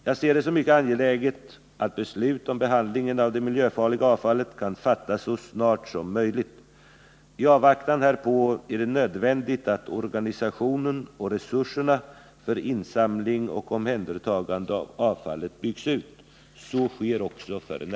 Jag ser det som mycket angeläget att beslut om behandlingen av det miljöfarliga avfallet kan fattas så snart som möjligt. I avvaktan härpå är det nödvändigt att organisationen och resurserna för insamling och omhändertagande av avfallet byggs ut. Så sker också f. n.